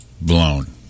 blown